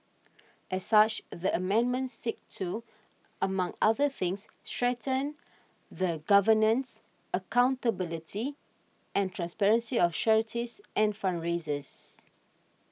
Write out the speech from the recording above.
as such the amendments seek to among other things strengthen the governance accountability and transparency of charities and fundraisers